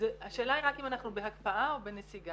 -- השאלה היא רק אם אנחנו בהקפאה או בנסיגה,